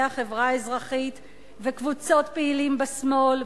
החברה האזרחית וקבוצות פעילים בשמאל,